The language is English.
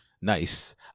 Nice